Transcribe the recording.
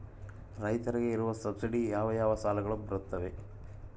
ರೈತರಿಗೆ ಇರುವ ಸಬ್ಸಿಡಿ ಯಾವ ಯಾವ ಸಾಲಗಳು ಬರುತ್ತವೆ?